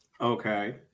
Okay